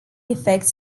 effects